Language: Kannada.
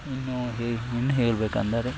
ಇನ್ನೂ ಹೆ ಇನ್ನೂ ಹೇಳ್ಬೇಕಂದರೆ